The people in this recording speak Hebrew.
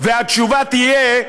והתשובה תהיה: